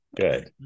good